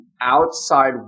outside